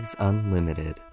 Unlimited